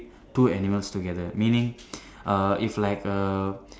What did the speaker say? two animals together meaning err if like err